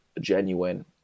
genuine